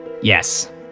Yes